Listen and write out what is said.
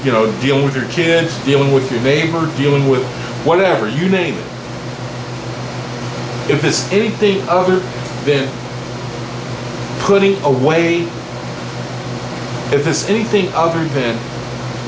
you know deal with your kids dealing with your neighbor dealing with whatever you think if is anything other then putting away if it's anything other than